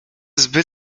zbyt